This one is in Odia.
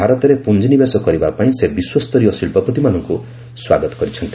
ଭାରତରେ ପୁଞ୍ଜିନିବେଶ କରିବା ପାଇଁ ସେ ବିଶ୍ୱସ୍ତରୀୟ ଶିଳ୍ପପତିମାନଙ୍କୁ ସ୍ୱାଗତ କରିଛନ୍ତି